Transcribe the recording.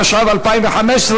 התשע"ו 2015,